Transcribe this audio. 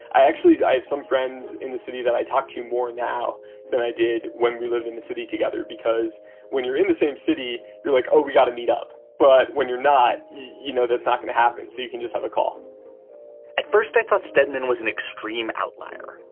i actually i have some friends in the city that i talk to you more now than i did when we lived in the city together, because when you're in the same city, you're like, oh, we got to meet up. but when you're not, you know, that's not going to happen. so you can just have a call at first i thought stedman was an extreme outlier.